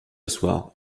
soir